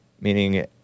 meaning